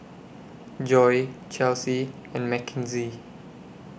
Joy Chelsy and Mackenzie